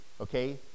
okay